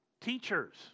teachers